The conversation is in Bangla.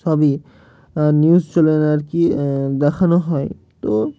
সবই নিউজ চ্যানেলে আর কি দেখানো হয় তো